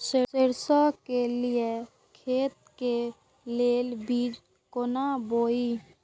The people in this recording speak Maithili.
सरसों के लिए खेती के लेल बीज केना बोई?